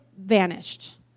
vanished